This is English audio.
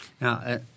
Now